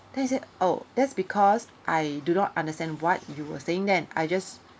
then he said oh that's because I do not understand what you were saying then I just